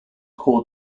called